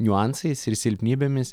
niuansais ir silpnybėmis